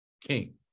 king